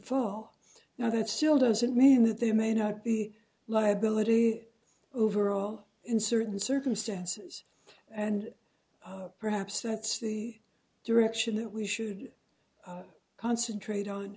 follow now that still doesn't mean that there may not be liability overall in certain circumstances and perhaps that's the direction that we should concentrate on